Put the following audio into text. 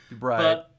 Right